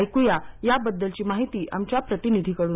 ऐक्या या बद्दलची माहिती आमच्या प्रतिनिधीकडून